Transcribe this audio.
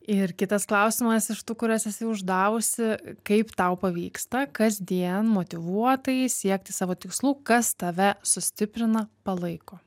ir kitas klausimas iš tų kuriuos esi uždavusi kaip tau pavyksta kasdien motyvuotai siekti savo tikslų kas tave sustiprina palaiko